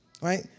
Right